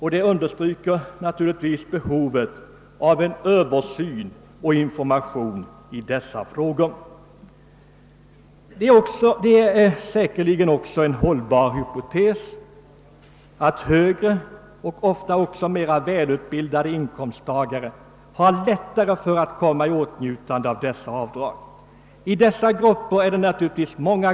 Det understryker nas turligtvis behovet av en översyn: av reglerna och information i dessa frågor: Det är säkerligen . också en: hållbar hypotes att högre och ofta mer välutbildade inkomsttagare har lättare att komma i åtnjutande av dessa avdrag. Dessa grupper har näåturligtvis många.